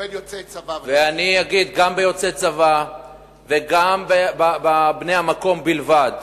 אני אגיד, גם ליוצאי צבא וגם לבני המקום בלבד.